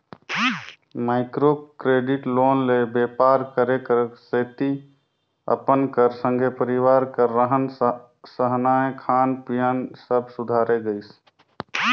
micro credit loan ले बेपार करे कर सेती अपन कर संघे परिवार कर रहन सहनए खान पीयन सब सुधारे गइस